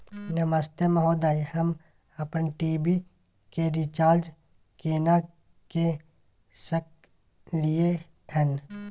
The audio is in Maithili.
नमस्ते महोदय, हम अपन टी.वी के रिचार्ज केना के सकलियै हन?